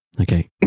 Okay